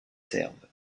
servent